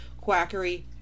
quackery